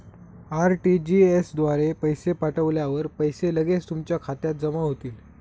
RTGS द्वारे पैसे पाठवल्यावर पैसे लगेच तुमच्या खात्यात जमा होतील